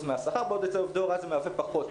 מהשכר ואצל עובדי הוראה זה מהווה פחות.